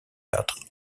théâtre